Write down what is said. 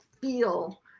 feel